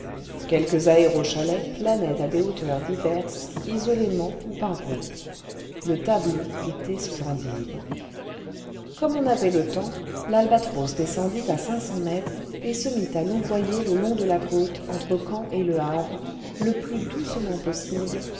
quelques aérochalets planaient à des hauteurs diverses isolément ou par groupes le tableau était splendide comme on avait le temps y albatros descendit à cinq cents mètres et se mit à louvoyer le long de la côte entre caen et le havre le plus doucement possible